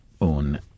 on